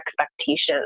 expectations